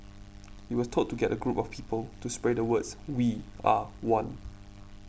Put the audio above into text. he was told to get a group of people to spray the words we are one